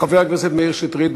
חבר הכנסת מאיר שטרית,